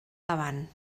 davant